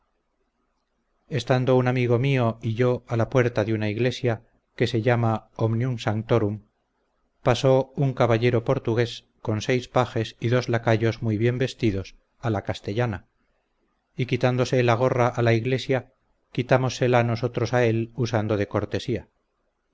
estando un amigo mío y yo a la puerta de una iglesia que se llama omnium sanctorum pasó un caballero portugués con seis pajes y dos lacayos muy bien vestidos a la castellana y quitándose la gorra a la iglesia quitámosela nosotros a él usando de cortesía